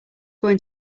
going